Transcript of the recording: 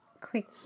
quick